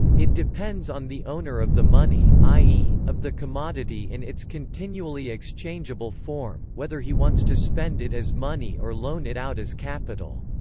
it depends on the owner of the money, i e, of the commodity in its continually exchangeable form, whether he wants to spend it as money or loan it out as capital.